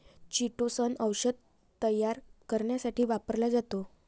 chitosan औषध तयार करण्यासाठी वापरला जातो